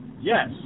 Yes